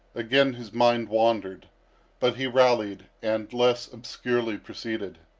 again his mind wandered but he rallied, and less obscurely proceeded.